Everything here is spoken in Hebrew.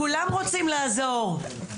כולם רוצים לעזור.